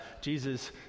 Jesus